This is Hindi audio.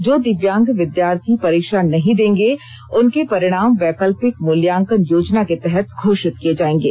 जो दिव्यांग विद्यार्थी परीक्षा नहीं देंगे उनके परिणाम वैकल्पिक मूल्यांकन योजना के तहत घोषित किए जाएंगे